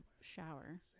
shower